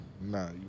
Nah